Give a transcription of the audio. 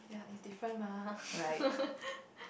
it's different mah